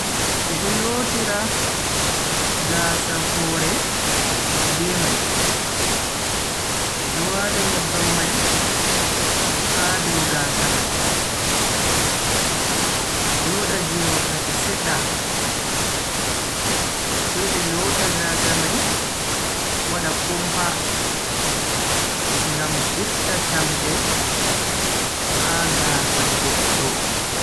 Be do lotira gaasa hore be mai. be do wata nyebbam mai ha dow gaasa mai, joda je wakkati sedda, sai be loota gaasa mai wada kumpa ngam itta champe ha gaasa goddo.